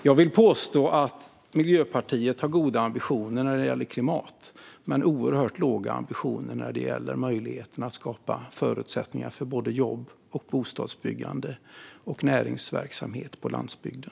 Jag vill påstå att Miljöpartiet har goda ambitioner när det gäller klimat men oerhört låga ambitioner när det gäller möjligheten att skapa förutsättningar för såväl jobb som bostadsbyggande och näringsverksamhet på landsbygden.